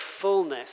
fullness